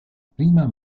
prima